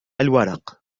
الورق